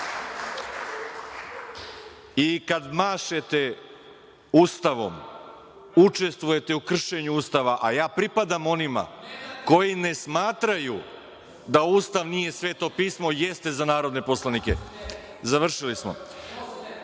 mašete Ustavom učestvujete u kršenju Ustava, a ja pripadam onima koji ne smatraju da Ustav nije Sveto pismo. Jeste za narodne poslanike. Završili